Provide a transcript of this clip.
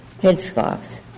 headscarves